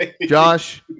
Josh